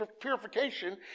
purification